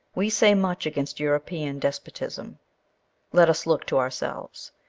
we say much against european despotism let us look to ourselves.